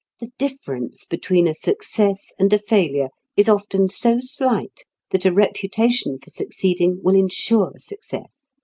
the difference between a success and a failure is often so slight that a reputation for succeeding will ensure success,